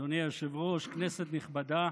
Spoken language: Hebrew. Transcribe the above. אדוני היושב-ראש, כנסת נכבדה,